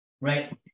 Right